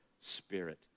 spirit